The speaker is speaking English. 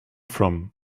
from